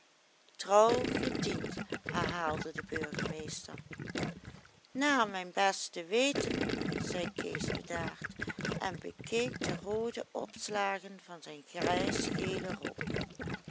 trouw gediend herhaalde de burgemeester na mijn beste weten zei kees bedaard en bekeek de roode opslagen van zijn grijsgelen rok